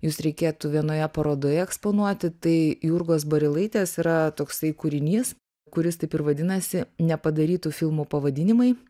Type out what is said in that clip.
jus reikėtų vienoje parodoje eksponuoti tai jurgos barilaitės yra toksai kūrinys kuris taip ir vadinasi nepadarytų filmų pavadinimai